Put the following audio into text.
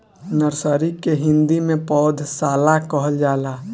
nursery के हिंदी में पौधशाला कहल जाला